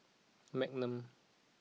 Magnum